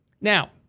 Now